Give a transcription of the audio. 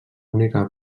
única